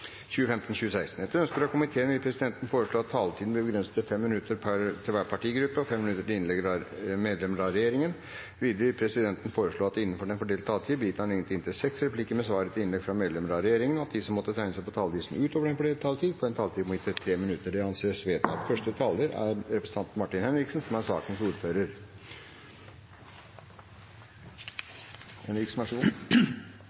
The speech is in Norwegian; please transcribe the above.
minutter til hver partigruppe og inntil 5 minutter til medlemmer av regjeringen. Videre vil presidenten foreslå at det blir gitt anledning til replikkordskifte på inntil seks replikker med svar etter innlegg fra medlemmer av regjeringen innenfor den fordelte taletid, og at de som måtte tegne seg på talerlisten utover den fordelte taletid, får en taletid på inntil 3 minutter. – Det anses vedtatt. Først vil jeg si takk til komiteen for arbeidet, og takk til Venstre, som har fremmet forslag om en viktig sak. Vi vet stadig mer om hvor viktig tidlig innsats er